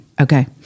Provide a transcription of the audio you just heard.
Okay